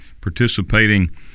participating